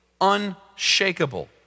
unshakable